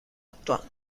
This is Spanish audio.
actuando